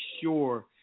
sure